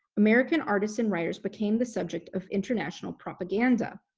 american artists and writers became the subject of international propaganda.